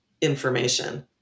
information